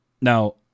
now